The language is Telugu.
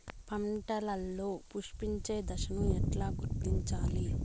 పంటలలో పుష్పించే దశను ఎట్లా గుర్తించాలి?